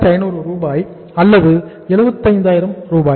67500 ரூபாய் அல்லது 75000 ரூபாய்